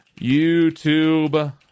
YouTube